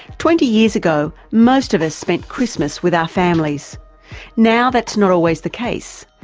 twenty years ago most of us spent christmas with our families now that's not always the case.